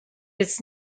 its